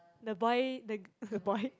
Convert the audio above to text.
the boy the g~ the boy